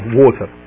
water